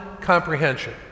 comprehension